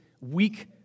weak